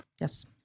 yes